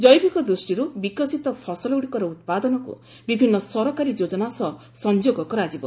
ଜୈବିକ ଦୃଷ୍ଟିରୁ ବିକଶିତ ଫସଲଗୁଡ଼ିକର ଉତ୍ପାଦନକୁ ବିଭିନ୍ନ ସରକାରୀ ଯୋଜନା ସହ ସଂଯୋଗ କରାଯିବ